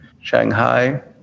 Shanghai